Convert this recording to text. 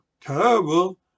terrible